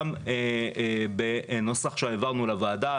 גם בנוסח שהעברנו לוועדה,